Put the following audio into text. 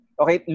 okay